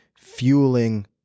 fueling